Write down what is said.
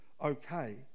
okay